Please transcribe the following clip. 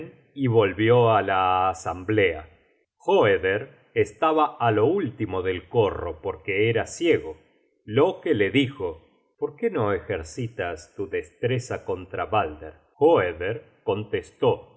y volvió á la asamblea hoeder estaba á lo último del corro porque era ciego loke le dijo por qué no ejercitas tu destreza contra balder hoeder contestó